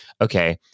okay